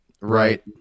Right